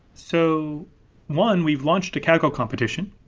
so one we've launched a kind of competition,